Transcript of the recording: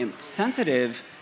sensitive